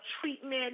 treatment